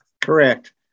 Correct